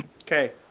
Okay